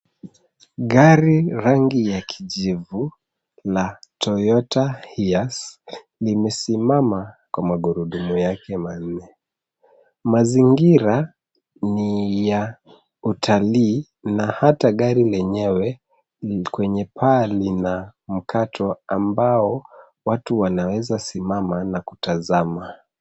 Gari rangi ya kijivu la Toyota Hiace limesimama kwa magurudumu yake manne. Mazingira ni ya utalii na hata gari lenyewe kwenye paa lina mkato ambao watu wanaweza simama na kutazama.